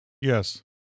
Yes